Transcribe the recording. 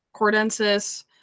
cordensis